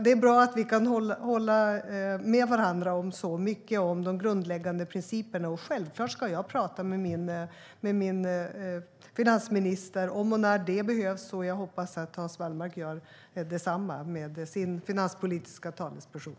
Det är bra att vi kan hålla med varandra om så mycket och om de grundläggande principerna. Självklart ska jag tala med min finansminister, om och när det behövs, och jag hoppas att Hans Wallmark gör detsamma med sin finanspolitiske talesperson.